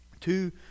Two